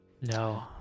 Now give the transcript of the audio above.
No